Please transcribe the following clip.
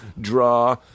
draw